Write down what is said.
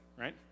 right